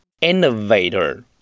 Innovator